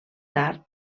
tard